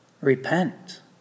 Repent